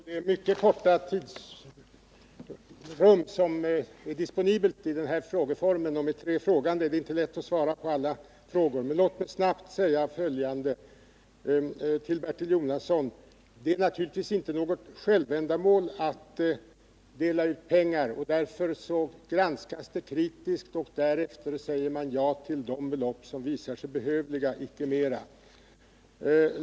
Herr talman! Under den mycket korta tid som är disponibel i den här formen av frågedebatt och med tre frågande är det inte lätt att svara på alla frågor, men låt mig snabbt säga följande. Till Bertil Jonasson: Det är naturligtvis inte något självändamål att dela ut pengar. Därför granskas sådana framställningar kritiskt, och därefter säger man ja till de belopp som visat sig behövliga — inte mer.